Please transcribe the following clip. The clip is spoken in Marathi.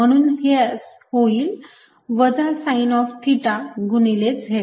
म्हणून हे होईल वजा साईन ऑफ थिटा गुणिले z